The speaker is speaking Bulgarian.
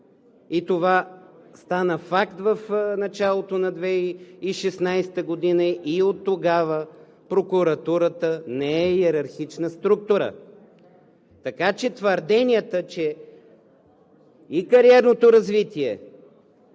– това стана факт в началото на 2016 г. и оттогава прокуратурата не е йерархична структура! Твърденията, че и кариерното развитие